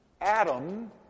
Adam